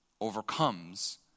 overcomes